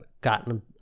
gotten